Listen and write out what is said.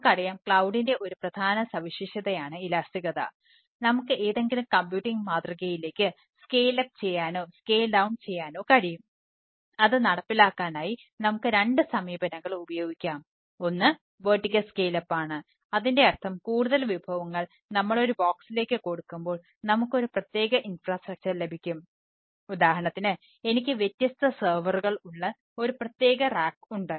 നമുക്കറിയാം ക്ളൌഡിൻറെ ഉള്ള ഒരു പ്രത്യേക റാക്ക് ഉണ്ട്